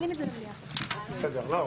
הישיבה ננעלה בשעה 10:53.